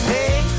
Hey